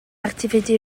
activité